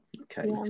Okay